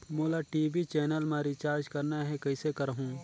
मोला TV channel मा recharge करना हे, कइसे करहुँ?